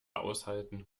aushalten